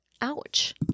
Ouch